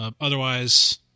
Otherwise